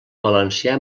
valencià